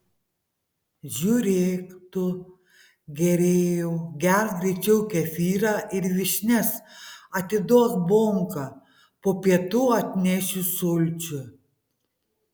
žiūrėk tu gėrėjau gerk greičiau kefyrą ir vyšnias atiduok bonką po pietų atnešiu sulčių